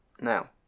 Now